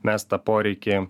mes tą poreikį